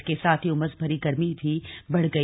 इसके साथ ही उमस भरी गर्मी भी बढ़ गई